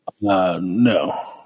No